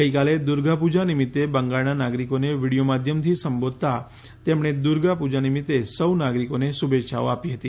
ગઈકાલે દુર્ગાપૂજા નિમિત્તે બંગાળના નાગરિકોને વિડીયો માધ્યમથી સંબોધતા તેમણે દુર્ગાપૂજા નિમિત્તે સહ્ નાગરિકોને શુભેચ્છાઓ આપી હતી